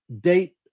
date